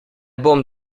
bom